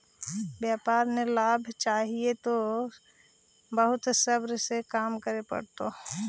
व्यापार में लाभ चाहि त तोरा बहुत सब्र से काम करे पड़तो